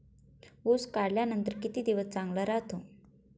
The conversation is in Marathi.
ऊस काढल्यानंतर किती दिवस चांगला राहतो?